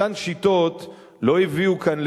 אותן שיטות לא הביאו כאן לשלום,